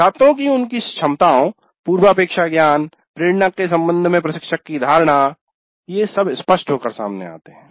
छात्रों की उनकी क्षमताओं पूर्वापेक्षा ज्ञान प्रेरणा के संबंध में प्रशिक्षक की धारणा ये सब स्पष्ट होकर सामने आते हैं